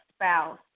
spouse